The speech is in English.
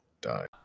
die